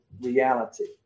reality